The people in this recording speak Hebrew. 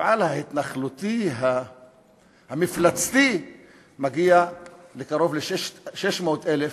המפעל ההתנחלותי המפלצתי מגיע לקרוב ל-600,000,